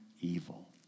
evil